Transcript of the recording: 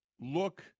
look